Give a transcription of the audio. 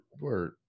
word